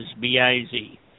B-I-Z